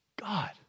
God